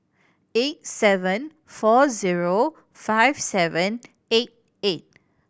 eight seven four zero five seven eight eight